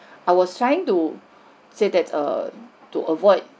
I was trying to say that err to avoid